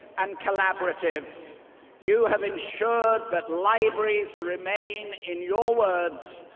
and collaborative you have ensured that libraries remain, in your words,